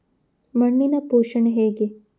ಮಣ್ಣಿನ ಪೋಷಣೆ ಹೇಗೆ?